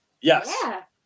Yes